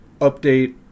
update